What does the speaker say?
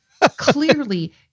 clearly